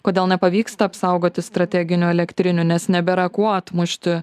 kodėl nepavyksta apsaugoti strateginių elektrinių nes nebėra kuo atmušti